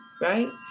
right